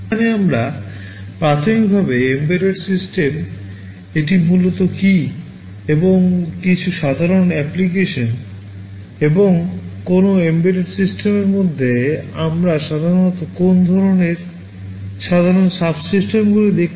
এখানে আমরা প্রাথমিকভাবে এম্বেডেড সিস্টেম এটি মূলত কী এবং কিছু সাধারণ অ্যাপ্লিকেশন এবং কোনও এমবেডেড সিস্টেমের মধ্যে আমরা সাধারণত কোন ধরনের সাধারণ সাবসিস্টেম গুলো দেখতে পাই তার বিষয়ে কথা বলব